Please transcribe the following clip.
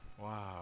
Wow